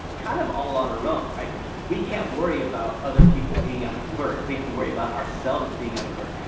kind of all on her own. we can't worry about other people being out of work. we have to worry about ourselves being out of work.